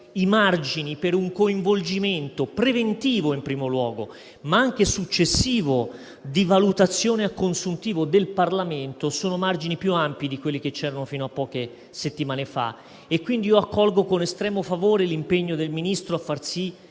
i margini per un coinvolgimento in primo luogo preventivo, ma anche successivo e di valutazione a consuntivo del Parlamento sono più ampi di quelli che c'erano fino a poche settimane fa. Accolgo quindi con estremo favore l'impegno del Ministro a far sì che